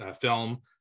film